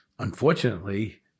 Unfortunately